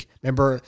Remember